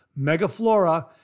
Megaflora